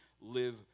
live